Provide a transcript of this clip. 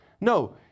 No